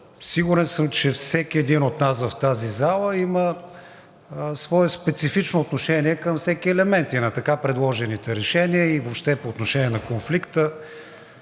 сигурен съм, че всеки един от нас в тази зала има свое специфично отношение към всеки елемент – на така предложените решения, и въобще по отношение на конфликта,